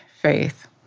faith